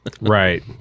Right